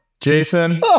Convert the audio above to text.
Jason